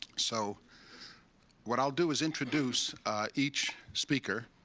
so what i'll do is introduce each speaker.